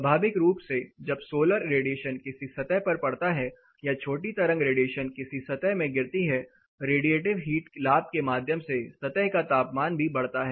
स्वाभाविक रूप से जब सोलर रेडिएशन किसी सतह पर पड़ता है या छोटी तरंग रेडिएशन किसी सतह में गिरती है रेडिएटिव हीट लाभ के माध्यम से सतह का तापमान भी बढ़ता है